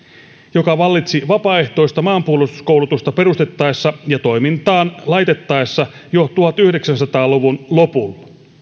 joka vallitsi vapaaehtoista maanpuolustuskoulutusta perustettaessa ja toimintaan laitettaessa jo tuhatyhdeksänsataa luvun lopulla